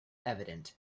evident